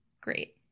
Great